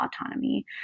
autonomy